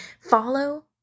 follow